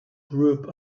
group